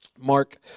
Mark